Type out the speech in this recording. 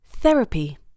Therapy